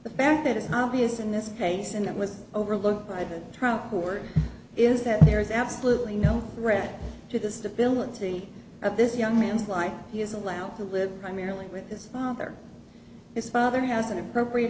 the fact it is obvious in this case and it was overlooked by the trial court is that there is absolutely no threat to the stability of this young man's life he is allowed to live primarily with his father his father has an appropriate